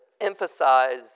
emphasize